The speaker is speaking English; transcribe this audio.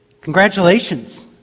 Congratulations